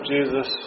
Jesus